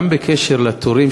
גם בקשר לתורים,